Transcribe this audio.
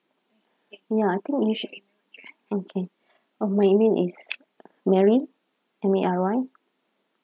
ya I think you should okay oh my email is mary M A R Y